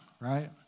right